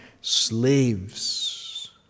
slaves